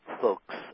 folks